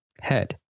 head